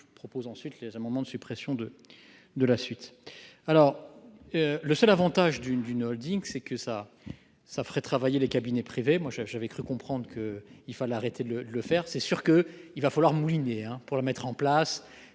je propose ensuite les amendements de suppression de de la suite alors. Le seul Avantage d'une d'une Holding, c'est que ça, ça ferait travailler les cabinets privés, moi je, j'avais cru comprendre qu'il fallait arrêter de le faire c'est sûr que il va falloir mouliner hein pour le mettre en place